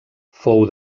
fou